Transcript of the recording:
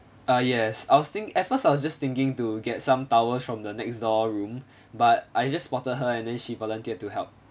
ah yes I was thinking at first I was just thinking to get some towels from the next door room but I just spotted her and then she volunteered to help